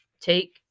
take